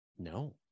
No